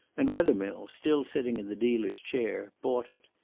and wethermill, still sitting in the dealer's chair, bought it.